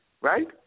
right